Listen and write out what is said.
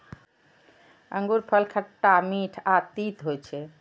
अंगूरफल खट्टा, मीठ आ तीत होइ छै